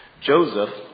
Joseph